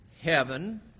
heaven